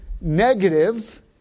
negative